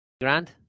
grand